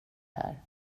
här